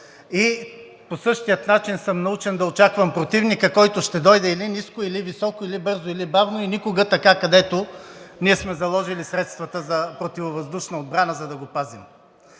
По същия начин съм научен да очаквам противника, който ще дойде или ниско, или високо, или бързо, или бавно и никога така, както сме заложили средствата за противовъздушна отбрана, за да го пазим.